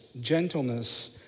gentleness